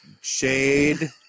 Shade